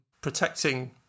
protecting